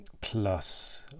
plus